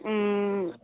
हूँ